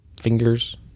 fingers